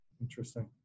Interesting